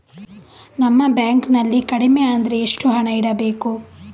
ನಮ್ಮ ಬ್ಯಾಂಕ್ ನಲ್ಲಿ ಕಡಿಮೆ ಅಂದ್ರೆ ಎಷ್ಟು ಹಣ ಇಡಬೇಕು?